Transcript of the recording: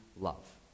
love